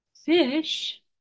fish